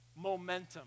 Momentum